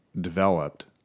developed